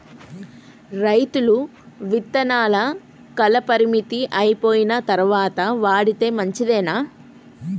రైతులు విత్తనాల కాలపరిమితి అయిపోయిన తరువాత వాడితే మంచిదేనా?